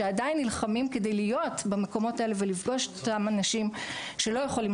שעדיין נלחמים כדי להיות במקומות האלה ולפגוש את אותם אנשים שלא יכולים